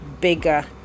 bigger